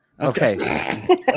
Okay